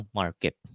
market